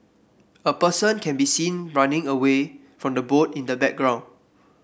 a person can be seen running away from the boat in the background